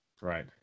right